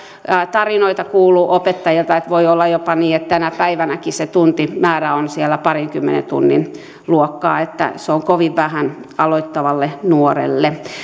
tarinoita kuullut opettajilta että voi olla jopa niin että tänä päivänäkin se tuntimäärä on siellä parinkymmenen tunnin luokkaa se on kovin vähän aloittavalle nuorelle